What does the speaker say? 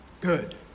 good